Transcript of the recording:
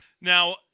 Now